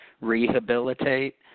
rehabilitate